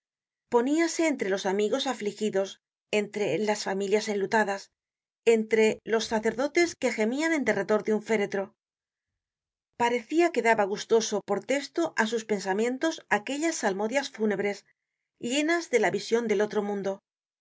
poníase entre los amigos afligidos entre las familias enlutadas entre los sacerdotes que gemian en derredor de un féretro parecia que daba gustoso por testoá sus pensamientos aquellas salmodias fúnebres llenas de la vision del otro mundo